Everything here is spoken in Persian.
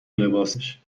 لباسش